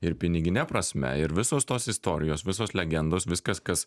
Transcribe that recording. ir pinigine prasme ir visos tos istorijos visos legendos viskas kas